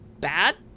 bad